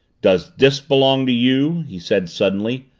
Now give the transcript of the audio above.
does this belong to you? he said suddenly,